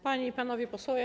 Panie i Panowie Posłowie!